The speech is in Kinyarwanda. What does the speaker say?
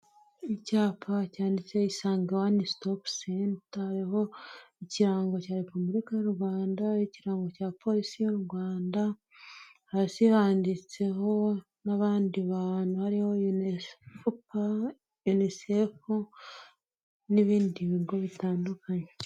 Icyapa cyanditseho Isange wani sitopu senta hariho ikirango cya repubulika y'u Rwanda, ikirango cya polisi y'u Rwanda, hasi handitseho n'abandi bantu hariho yunisefu n'ibindi bigo bitandukanye.